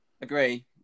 Agree